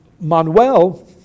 Manuel